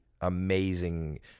amazing